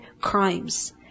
crimes